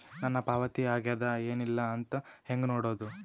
ನನ್ನ ಪಾವತಿ ಆಗ್ಯಾದ ಏನ್ ಇಲ್ಲ ಅಂತ ಹೆಂಗ ನೋಡುದು?